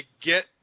get